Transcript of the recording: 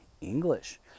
English